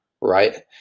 right